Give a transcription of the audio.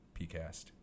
PCast